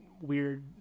weird